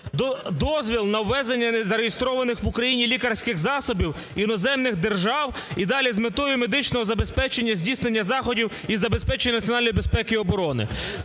дозвіл на ввезення незареєстрованих в Україні лікарських засобів іноземних держав і далі "з метою медичного забезпечення здійснення заходів і забезпечення національної безпеки і оборони".